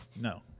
No